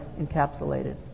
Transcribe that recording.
encapsulated